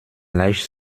leicht